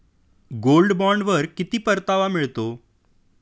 Gold बॉण्डवर किती परतावा मिळतो?